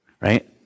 right